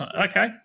Okay